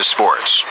Sports